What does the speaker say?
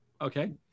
Okay